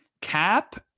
Cap